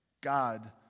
God